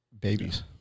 babies